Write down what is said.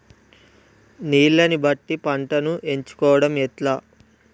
నీళ్లని బట్టి పంటను ఎంచుకోవడం ఎట్లా?